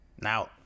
Now